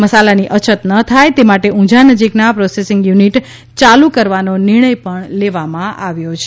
મસાલાની અછત ન થાય તે માટે ઉંઝા નજીકના પ્રોસેસિંગ યુનિટ ચાલુ કરવાનો નિર્ણય પણ લેવામાં આવ્યો છે